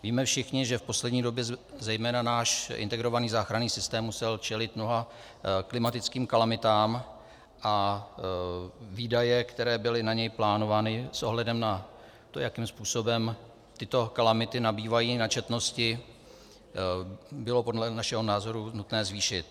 Víme všichni, že v poslední době zejména náš integrovaný záchranný systém musel čelit mnoha klimatickým kalamitám, a výdaje, které byly na něj plánovány s ohledem na to, jakým způsobem tyto kalamity nabývají na četnosti, bylo podle našeho názoru nutné zvýšit.